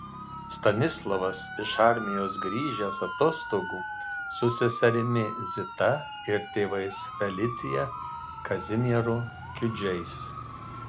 stanislovas iš armijos grįžęs atostogų su seserimi zita ir tėvais felicija ir kazimieru kiudžiais